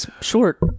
short